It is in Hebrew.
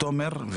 תומר,